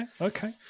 Okay